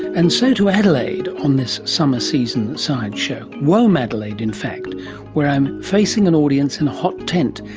and so to adelaide, on this summer season science show, womadelaide in fact where i'm facing an audience in a hot tent,